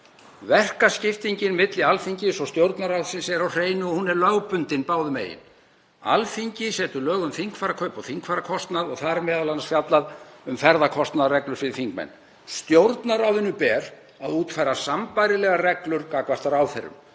Verkaskiptingin milli Alþingis og Stjórnarráðsins er á hreinu og hún er lögbundin báðum megin. Alþingi setur lög um þingfararkaup og þingfararkostnað og þar er m.a. fjallað um ferðakostnað, reglur fyrir þingmenn. Stjórnarráðinu ber að útfæra sambærilegar reglur gagnvart ráðherrum